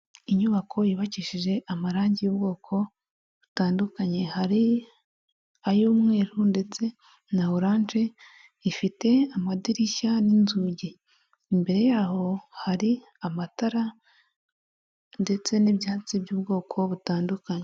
Inyubako yubakishije amarangi y'ubwoko butandukanye, hari ay'umweru ndetse na oranje, ifite amadirishya n'inzugi, imbere yaho hari amatara ndetse n'ibyatsi by'ubwoko butandukanye.